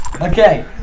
Okay